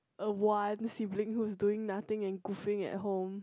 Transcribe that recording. a one sibling who's doing nothing and goofing at home